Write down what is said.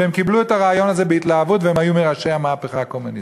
שהם קיבלו את הרעיון הזה בהתלהבות והיו מראשי המהפכה הקומוניסטית.